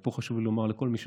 ופה חשוב לי לומר לכל מי ששומע: